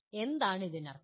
എന്താണ് ഇതിനർത്ഥം